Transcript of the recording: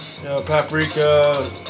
paprika